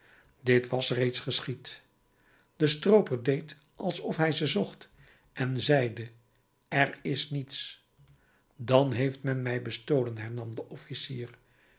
dit was reeds geschied de strooper deed alsof hij ze zocht en zeide er is niets dan heeft men mij bestolen hernam de officier